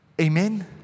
Amen